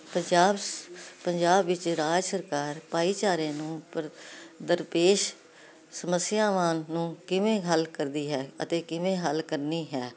ਪੰਜਾਬ ਪੰਜਾਬ ਵਿੱਚ ਰਾਜ ਸਰਕਾਰ ਭਾਈਚਾਰੇ ਨੂੰ ਦਰਪੇਸ਼ ਸਮੱਸਿਆਵਾਂ ਨੂੰ ਕਿਵੇਂ ਹੱਲ ਕਰਦੀ ਹੈ ਅਤੇ ਕਿਵੇਂ ਹੱਲ ਕਰਨੀ ਹੈ